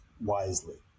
wisely